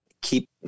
keep